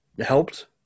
helped